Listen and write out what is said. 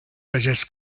pagès